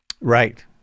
Right